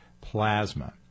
plasma